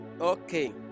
okay